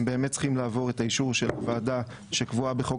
הם צריכים לעבור את האישור של הוועדה שקבועה בחוק